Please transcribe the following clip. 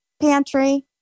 pantry